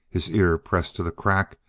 his ear pressed to the crack,